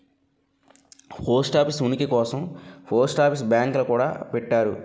post office ఉనికి కోసం post office బ్యాంకులు గూడా పెట్టారు